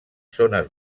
zones